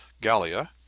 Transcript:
Gallia